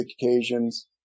occasions